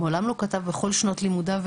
מעולם לא כתב בכל שנות לימודיו.